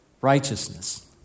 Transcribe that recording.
righteousness